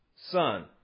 son